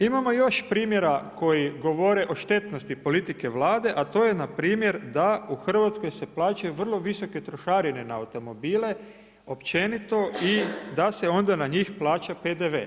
Imamo još primjera koji govore o štetnosti politike Vlade a to je npr. da u Hrvatskoj se plaćaju vrlo visoke trošarine na automobile općenito i da se onda na njih plaća PDV.